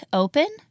open